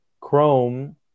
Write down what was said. Chrome